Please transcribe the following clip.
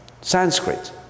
Sanskrit